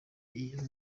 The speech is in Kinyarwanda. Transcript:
iyo